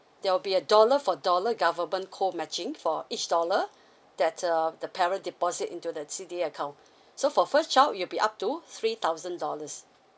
there'll be a dollar for dollar government co matching for each dollar that uh the parent deposit into the C_D_A account so for first child it'll be up to three thousand dollars